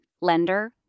lender